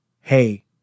Hey